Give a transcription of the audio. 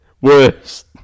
Worse